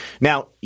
Now